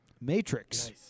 Matrix